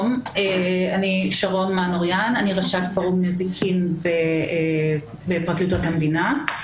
אני ראשת תחום נזיקין בפרקליטות המדינה.